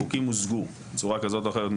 החוקים מוזגו בצורה כזאת או אחרת,